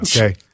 Okay